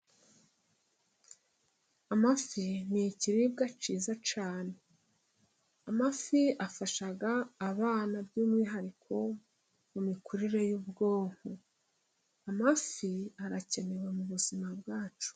Amafi ni ikiribwa cyiza cyane . Amafi afash yoa abana by'mwihariko mu mikurire yu'bwonko. Amafi arakenewe mu buzima bwacu.